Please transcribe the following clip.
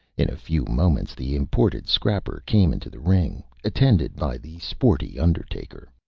in a few moments the imported scrapper came into the ring, attended by the sporty undertaker.